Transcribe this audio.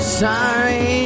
sorry